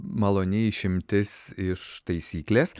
maloni išimtis iš taisyklės